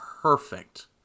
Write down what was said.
perfect